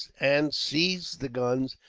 and seized the guns,